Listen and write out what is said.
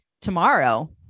tomorrow